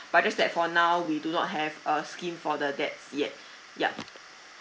but just that for now we do not have a scheme for the that yet yup